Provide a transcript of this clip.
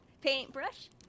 Paintbrush